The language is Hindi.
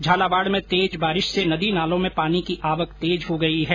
झालावाड़ में हुई तेज बारिश से नदी नालों में पानी की आवक तेज हो गई है